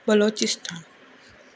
Balochistan